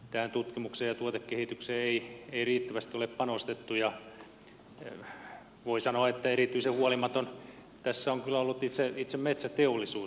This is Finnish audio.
tähän tutkimukseen ja tuotekehitykseen ei riittävästi ole panostettu ja voi sanoa että erityisen huolimaton tässä on kyllä ollut itse metsäteollisuus